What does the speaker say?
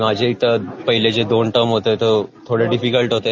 माझे इथं पहिले दोन टर्म जे होते ते थोडे डिफिकल्ट होते